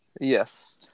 yes